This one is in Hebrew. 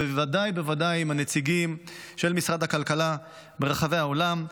בוודאי ובוודאי עם הנציגים של משרד הכלכלה ברחבי העולם.